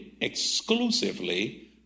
exclusively